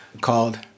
called